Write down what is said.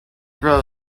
row